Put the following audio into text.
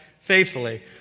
faithfully